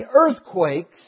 earthquakes